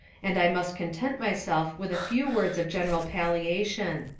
and i must content myself with a few words of general palliation.